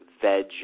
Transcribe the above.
veg